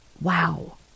Wow